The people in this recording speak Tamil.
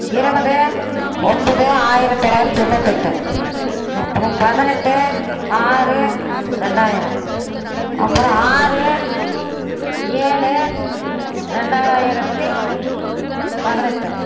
இருபது ஒன்பது ஆயிரத்தி தொள்ளாயிரத்தி தொண்ணூத்தெட்டு அப்றம் பதினெட்டு ஆறு ரெண்டாயிரம் அப்பறம் ஆறு ஏழு ரெண்டாயிரத்தி பதினெட்டு